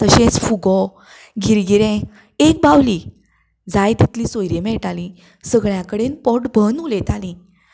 तशेंच फुगो गिरगिरें एक बावली जाय तितलीं सोयरी मेळटालीं सगळ्यां कडेन पोट भरून उलयतालीं